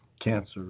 Cancer